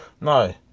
No